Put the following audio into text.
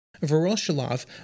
Voroshilov